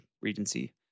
Regency